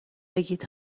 بگید